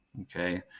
Okay